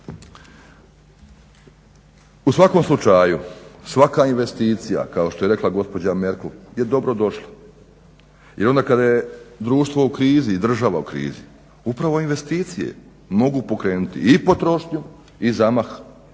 U svakom slučaju, svaka investicija kao što je rekla gospođa Merkel je dobrodošla jer onda kada je društvo u krizi i država u krizi upravo investicije mogu pokrenuti i potrošnju i zamah